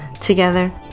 Together